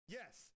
yes